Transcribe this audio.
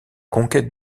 conquête